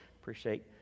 appreciate